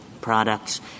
products